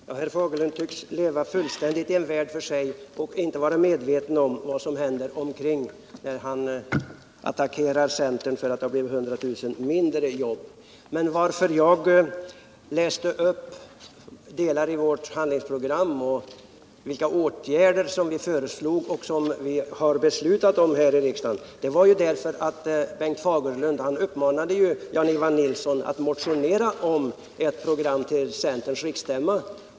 Herr talman! Herr Fagerlund tycks leva i en värld för sig och inte vara medveten om vad som händer utanför den, när han attackerar centern för att det blivit 100 000 färre jobb. Anledningen till att jag läste upp delar av vårt handlingsprogram och vilka åtgärder som vi föreslagit och varit med om att besluta här i riksdagen var att Bengt Fagerlund uppmanade Jan-Ivan Nilsson att motionera om ett program till centerns riksstämma.